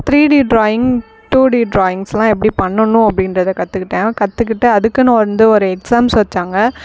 three D drawing two D ட்ராயிங்ஸெலாம் எப்படி பண்ணணும் அப்படின்றத கற்றுக்கிட்டேன் கற்றுக்கிட்டு அதுக்குன்னு வந்து ஒரு எக்ஸாம்ஸ் வைச்சாங்க